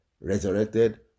resurrected